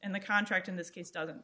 and the contract in this case doesn't